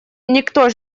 никто